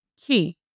key